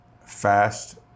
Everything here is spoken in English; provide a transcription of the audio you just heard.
Fast